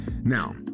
Now